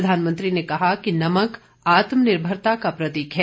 प्रधानमंत्री ने कहा कि नमक आत्मनिर्भरता का प्रतीक है